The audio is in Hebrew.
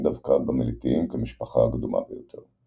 דווקא במליטיים כמשפחה הקדומה ביותר.